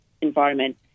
environment